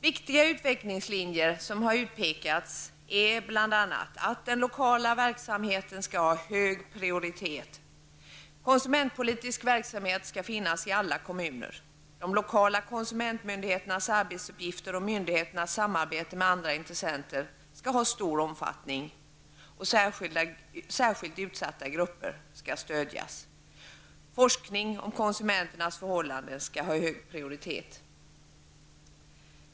Viktiga utvecklingslinjer som har utpekats är bl.a. att den lokala verksamheten skall ha hög prioritet. Konsumentpolitisk verksamhet skall finnas i alla kommuner. De lokala konsumentmyndigheternas arbetsuppgifter och myndigheternas samarbete med andra intressenter skall ha stor omfattning, och särskilt utsatta grupper skall stödjas. Forskning om konsumenternas förhållanden skall ha hög prioritet.